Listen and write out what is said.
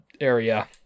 area